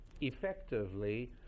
effectively